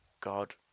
God